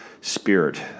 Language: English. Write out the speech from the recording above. spirit